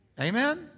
Amen